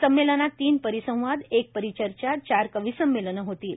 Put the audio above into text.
संमेलनात तीन परिसंवाद एक परिचर्चा चार कविसंमेलने होतील